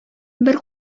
бер